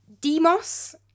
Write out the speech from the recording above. demos